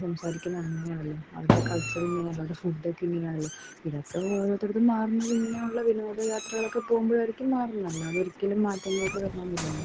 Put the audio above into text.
സംസാരിക്കുന്നത് അങ്ങനെയാണെല്ലോ അവരുടെ കൾച്ചറിങ്ങനെയാണല്ലൊ അവർ ഫുഡ്ഡക്കെ അങ്ങനെയാണാല്ലൊ ഇതക്കെ ഓരോത്തടത്തും മാറുന്നതിങ്ങനെയുള്ള വിനോദ യാത്രകളക്കെ പോകുമ്പോഴായിരിക്കും മാറുന്നത് ആല്ലാതൊരിക്കലും മാറ്റങ്ങളക്കെ വരണോന്നില്ലല്ലൊ